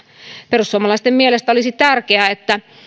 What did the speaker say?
perussuomalaisten mielestä olisi tärkeää että